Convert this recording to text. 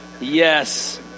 yes